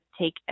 take